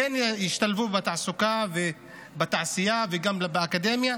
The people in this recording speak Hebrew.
כן ישתלבו בתעסוקה ובתעשייה וגם באקדמיה.